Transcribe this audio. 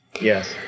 Yes